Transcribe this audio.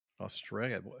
Australia